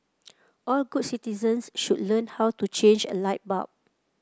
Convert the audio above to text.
all good citizens should learn how to change a light bulb